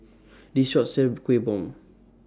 This Shop sells Kueh Bom